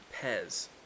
Pez